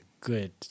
Good